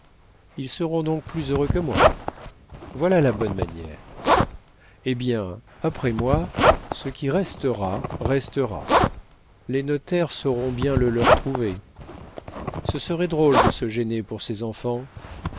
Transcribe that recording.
ils seront donc plus heureux que moi voilà la bonne manière eh bien après moi ce qui restera restera les notaires sauront bien le leur trouver ce serait drôle de se gêner pour ses enfants